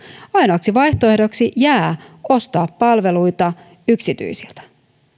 ainoaksi vaihtoehdoksi jää ostaa palveluita yksityisiltä